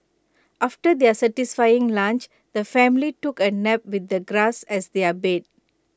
after their satisfying lunch the family took A nap with the grass as their bed